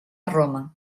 roma